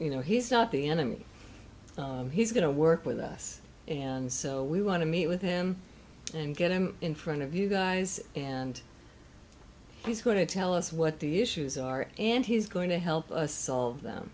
you know he's not the enemy he's going to work with us and so we want to meet with him and get him in front of you guys and he's going to tell us what the issues are and he's going to help us solve them